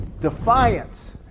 defiance